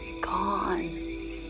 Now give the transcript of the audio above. gone